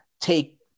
take